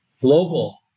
global